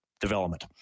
development